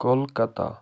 Kolkata